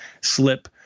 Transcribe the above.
slip